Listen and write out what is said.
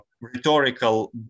rhetorical